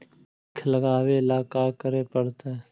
ईख लगावे ला का का करे पड़तैई?